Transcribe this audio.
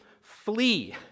flee